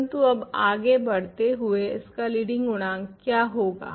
परंतु अब आगे बढ़ते हुए इसका लीडिंग गुणांक क्या होगा